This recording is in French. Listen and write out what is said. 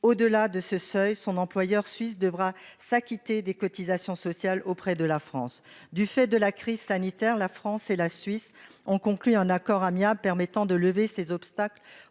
Au-delà, son employeur suisse devra s'acquitter des cotisations sociales en France. Du fait de la crise sanitaire, la France et la Suisse ont conclu un accord amiable permettant de lever ces obstacles,